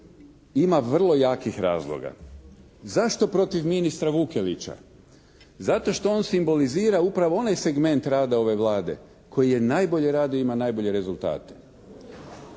Ima vrlo jakih razloga. Zašto protiv ministra Vukelića? Zato š to on simbolizira upravo onaj segment rada ove Vlade koji najbolje radi i ima najbolje rezultate.